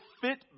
fit